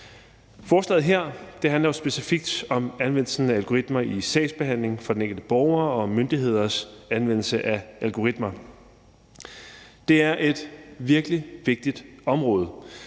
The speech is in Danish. Forslaget her handler specifikt om anvendelsen af algoritmer i sagsbehandlingen for den enkelte borger og myndigheders anvendelse af algoritmer. Det er et virkelig vigtigt område.